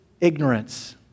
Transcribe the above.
ignorance